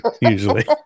usually